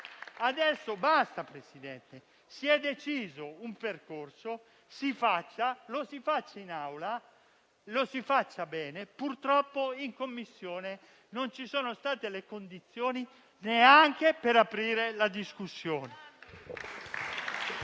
Adesso basta, Presidente, si è deciso un percorso, lo si faccia in Assemblea e lo si faccia bene. Purtroppo in Commissione non ci sono state le condizioni neanche per aprire la discussione.